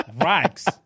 Rags